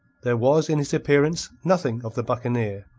there was in his appearance nothing of the buccaneer.